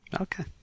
Okay